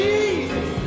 Jesus